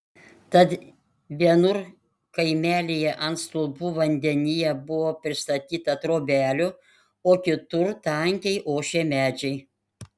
tad vienur kaimelyje ant stulpų vandenyje buvo pristatyta trobelių o kitur tankiai ošė medžiai